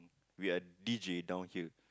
we are D_J down here